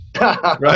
right